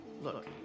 Look